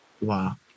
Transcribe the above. Wow